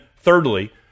thirdly